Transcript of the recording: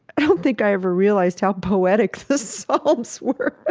i don't think i ever realized how poetic the psalms were.